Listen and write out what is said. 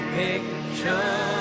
picture